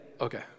okay